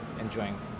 enjoying